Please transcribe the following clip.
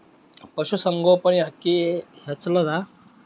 ಪಶುಸಂಗೋಪನೆ ಅಕ್ಕಿ ಹೆಚ್ಚೆಲದಾ?